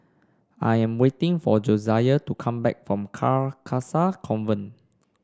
I'm waiting for Josiah to come back from Carcasa Convent